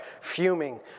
fuming